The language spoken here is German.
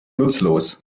nutzlos